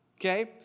okay